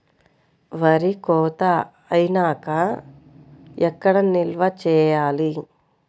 వరి కోత అయినాక ఎక్కడ నిల్వ చేయాలి?